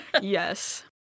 Yes